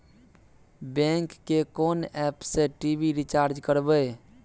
Bank के कोन app से टी.वी रिचार्ज करबे?